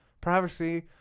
Privacy